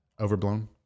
overblown